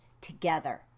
together